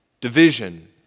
division